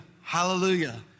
hallelujah